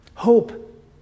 Hope